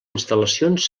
instal·lacions